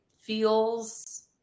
feels